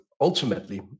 ultimately